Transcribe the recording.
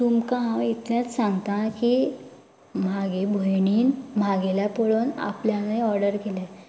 तुमकां हांव इतलेंच सांगता की म्हागे भयणीन म्हागेल्या पळोवन आपल्याले ऑर्डर केल्या